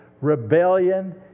rebellion